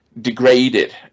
degraded